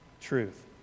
truth